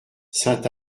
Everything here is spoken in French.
saint